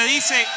Dice